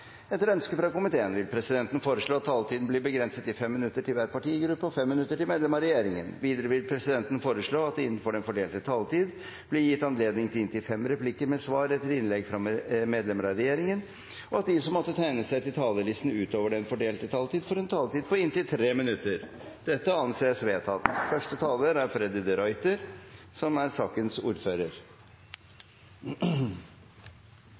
Etter ønske fra helse- og omsorgskomiteen vil presidenten foreslå at taletiden blir begrenset til 5 minutter til hver partigruppe og 5 minutter til medlem av regjeringen. Videre vil presidenten foreslå at det blir gitt anledning til fem replikker med svar etter innlegg fra medlemmer av regjeringen innenfor den fordelte taletid, og at de som måtte tegne seg på talerlisten utover den fordelte taletid, får en taletid på inntil 3 minutter. – Det anses vedtatt. Først vil jeg som